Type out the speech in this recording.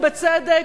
ובצדק,